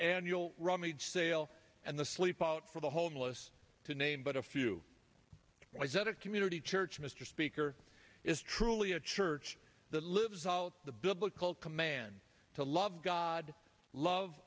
annual rummage sale and the sleep out for the homeless to name but a few days at a community church mr speaker is truly a church that lives out the biblical command to love god love